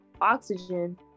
oxygen